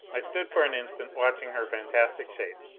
i stood for an instant watching her fantastic shape,